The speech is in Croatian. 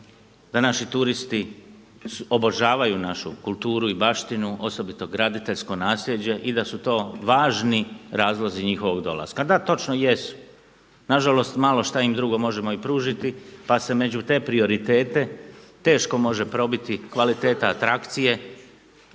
da naši turisti obožavaju našu kulturu i baštinu osobito graditeljsko naslijeđe i da su to važni razlozi njihovog dolaska. Da točno jesu. Na žalost malo šta im drugo možemo i pružiti, pa se među te prioritete teško može probiti kvaliteta atrakcije,